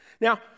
Now